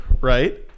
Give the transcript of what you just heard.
right